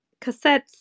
cassettes